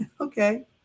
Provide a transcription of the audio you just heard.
okay